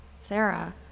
Sarah